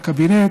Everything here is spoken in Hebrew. הקבינט,